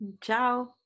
Ciao